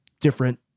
different